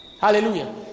Hallelujah